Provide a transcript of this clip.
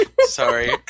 Sorry